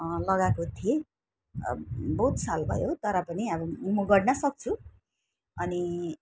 लगाएको थिएँ अब बहुत साल भयो तर पनि अब म गर्नसक्छु अनि